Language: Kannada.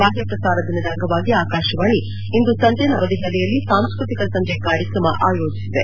ಬಾಷ್ಟ ಪ್ರಸಾರ ದಿನದ ಅಂಗವಾಗಿ ಆಕಾಶವಾಣಿ ಇಂದು ಸಂಜೆ ನವದೆಹಲಿಯಲ್ಲಿ ಸಾಂಸ್ನತಿಕ ಸಂಜೆ ಕಾರ್ಕ್ರಮ ಆಯೋಜಿಸಿದೆ